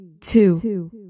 two